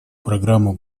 программу